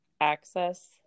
access